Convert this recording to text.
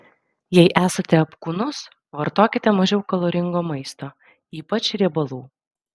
jei esate apkūnus vartokite mažiau kaloringo maisto ypač riebalų